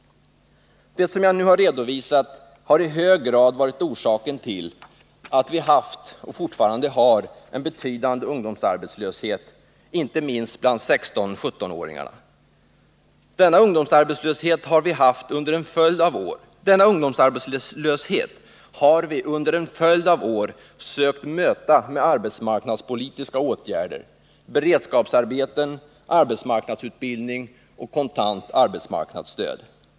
Det som jag nu redovisat har i hög grad varit orsaken till att vi haft och fortfarande har en betydande ungdomsarbetslöshet, inte minst bland 16-17-åringarna. Denna ungdomsarbetslöshet har vi under en följd av år sökt möta med arbetsmarknadspolitiska åtgärder, beredskapsarbeten, arbetsmarknadsutbildning och kontant arbetsmarknadsstöd.